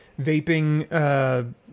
vaping